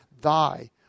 thy